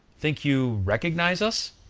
think you, recognize us?